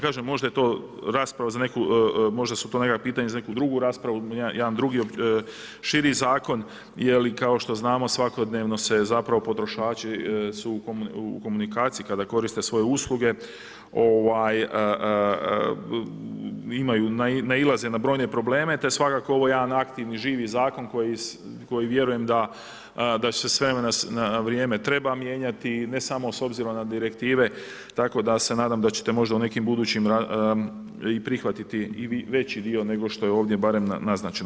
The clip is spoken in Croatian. Kažem možda je to rasprava za neku, možda su to neka pitanja za neku drugu raspravu, jedan drugi širi zakon jer kao što znamo svakodnevno se zapravo potrošači su u komunikaciji kada koriste svoje usluge, nailaze na brojne probleme te svakako ovo je jedan aktivni, živi zakon koji vjerujem da se s vremena na vrijeme treba mijenjati i ne samo s obzirom na direktive, tako da se nadam da ćete možda u nekim budućim i prihvatiti veći dio nego što je ovdje barem naznačeno.